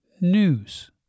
news